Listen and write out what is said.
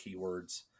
keywords